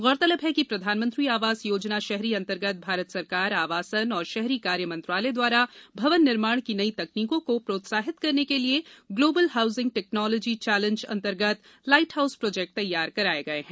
गौरतलब है कि प्रधानमंत्री आवास योजना शहरी अंतर्गत भारत सरकार आवासन और शहरी कार्य मंत्रालय द्वारा भवन निर्माण की नई तकनीकों को प्रोत्साहित करने के लिए ग्लोबल हाउसिंग टेक्नालॉजी चलेंज अंतर्गत लाईट हाउस प्रोजेक्ट तैयार कराये गए हैं